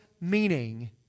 meaning